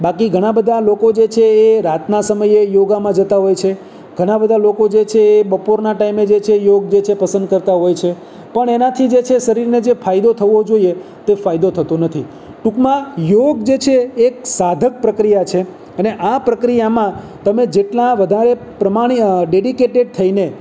બાકી ઘણાં બધાં લોકો જે છે એ રાતના સમયે યોગામાં જતા હોય છે ઘણાં બધાં લોકો જે છે એ બપોરના ટાઇમે જે છે યોગ જે છે પસંદ કરતાં હોય છે પણ એનાથી જે છે શરીરને જે ફાયદો થવો જોઈએ તે ફાયદો થતો નથી ટૂંકમા યોગ જે છે એક સાધક પ્રક્રિયા છે અને આ પ્રક્રિયામાં તમે જેટલા વધારે ડેડીકેટડ થઈને